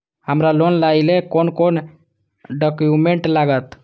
हमरा लोन लाइले कोन कोन डॉक्यूमेंट लागत?